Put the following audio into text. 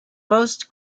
most